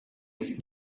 was